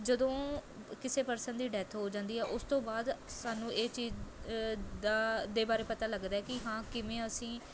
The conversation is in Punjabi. ਜਦੋਂ ਕਿਸੇ ਪਰਸਨ ਦੀ ਡੈੱਥ ਹੋ ਜਾਂਦੀ ਹੈ ਉਸ ਤੋਂ ਬਾਅਦ ਸਾਨੂੰ ਇਹ ਚੀਜ਼ ਦਾ ਦੇ ਬਾਰੇ ਪਤਾ ਲੱਗਦਾ ਹੈ ਕਿ ਹਾਂ ਕਿਵੇਂ ਅਸੀਂ